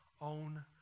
own